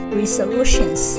resolutions